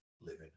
living